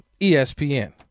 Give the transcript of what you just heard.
ESPN